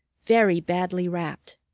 very badly wrapped.